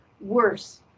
worse